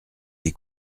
les